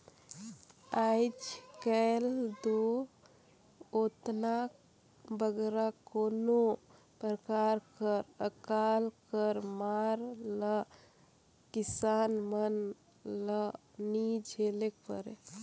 आएज काएल दो ओतना बगरा कोनो परकार कर अकाल कर मार ल किसान मन ल नी झेलेक परे